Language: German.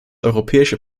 europäische